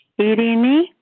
Irini